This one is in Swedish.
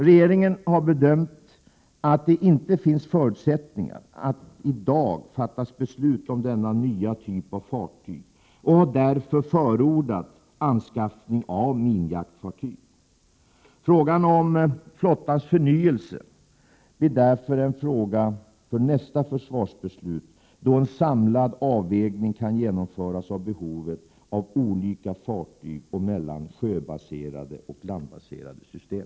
Regeringen har dock bedömt att det inte finns förutsättningar att i dag fatta beslut om denna nya typ av fartyg och har därför förordat anskaffning av minjaktfartyg. Frågan om flottans förnyelse blir därför en fråga för nästa försvarsbeslut, då en samlad avvägning kan genomföras av behovet av olika fartyg och mellan sjöbaserade och landbaserade system.